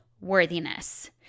worthiness